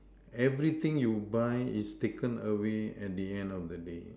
everything you buy is taken away at the end of the day